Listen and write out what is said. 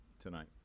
tonight